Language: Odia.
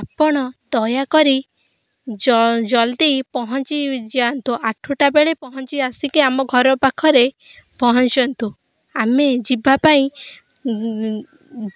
ଆପଣ ଦୟାକରି ଜଲଦି ପହଞ୍ଚିଯାନ୍ତୁ ଆଠଟା ବେଳେ ପହଞ୍ଚି ଆସିକି ଆମ ଘର ପାଖରେ ପହଞ୍ଚନ୍ତୁ ଆମେ ଯିବା ପାଇଁ